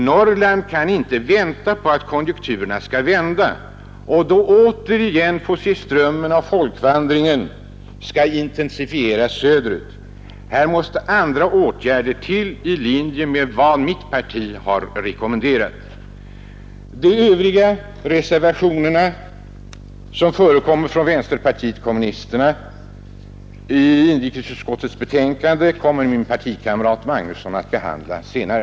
Norrland kan inte vänta på att konjunkturerna skall vända och då återigen få se att folkvandringen skall intensifieras söderut. Här måste andra åtgärder till i linje med vad mitt parti har rekommenderat. De övriga reservationerna från vänsterpartiet kommunisterna i inrikesutskottets betänkande kommer min partikamrat herr Magnusson i Kristinehamn att behandla senare.